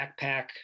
backpack